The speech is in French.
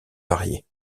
variés